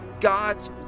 God's